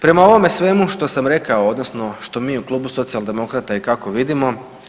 Prema ovome svemu što sam rekao, odnosno što mi u klubu Socijaldemokrata i kako vidimo.